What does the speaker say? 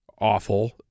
awful